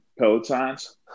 Pelotons